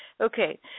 Okay